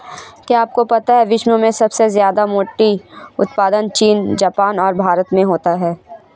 क्या आपको पता है विश्व में सबसे ज्यादा मोती उत्पादन चीन, जापान और भारत में होता है?